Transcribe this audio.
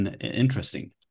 Interesting